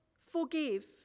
forgive